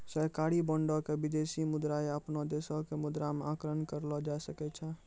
सरकारी बांडो के विदेशी मुद्रा या अपनो देशो के मुद्रा मे आंकलन करलो जाय सकै छै